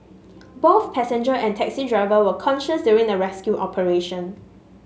both passenger and taxi driver were conscious during the rescue operation